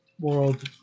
world